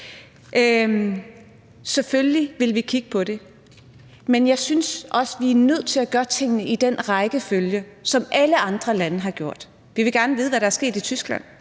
Selvfølgelig vil vi kigge på det, men jeg synes også, vi er nødt til at gøre tingene i den rækkefølge, som alle andre lande har gjort. Vi vil gerne vide, hvad der er sket i Tyskland,